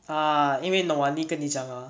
ah 因为 nowani 跟你讲 ah